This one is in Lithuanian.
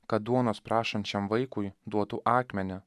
kad duonos prašančiam vaikui duotų akmenį